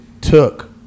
took